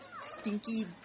stinky